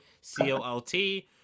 c-o-l-t